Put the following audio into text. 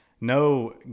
no